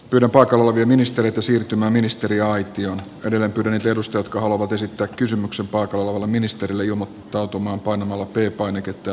kyllä paikalla oli ministereitä siirtymä ministeriaitioon kävelee perheen sirkus jotka haluavat esittää kysymyksen pakko olla ministerille ilmottautumaan vanha lapin painiketta